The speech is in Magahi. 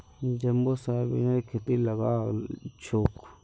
जम्बो सोयाबीनेर खेती लगाल छोक